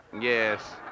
Yes